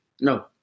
No